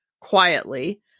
quietly